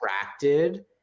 attracted